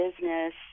business